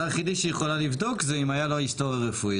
הדבר היחידי שהיא יכולה לבדוק זה אם היה לו היסטוריה רפואית.